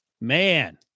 man